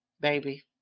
baby